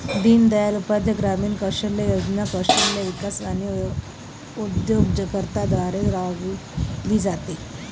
दीनदयाळ उपाध्याय ग्रामीण कौशल्य योजना कौशल्य विकास आणि उद्योजकता द्वारे राबविली जाते